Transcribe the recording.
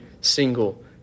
single